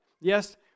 Yes